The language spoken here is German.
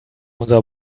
unser